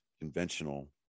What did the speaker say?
conventional